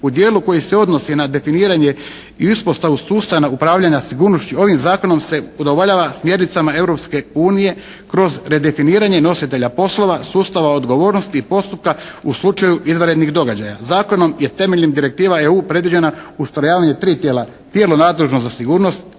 U dijelu koji se odnosi na definiranje i uspostavu sustava upravljanja sigurnošću, ovim Zakonom se udovoljava smjernicama Europske unije kroz redefiniranje nositelja poslova, sustava odgovornosti i postupka u slučaju izvanrednih događaja. Zakonom je temeljem direktiva EU predviđeno ustrojavanje tri tijela, tijelo nadležno za sigurnost,